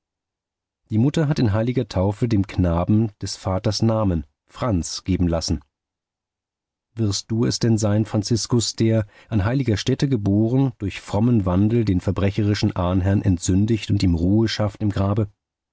die mutter hat in heiliger taufe dem knaben des vaters namen franz geben lassen wirst du es denn sein franziskus der an heiliger stätte geboren durch frommen wandel den verbrecherischen ahnherrn entsündigt und ihm ruhe schafft im grabe